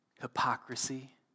hypocrisy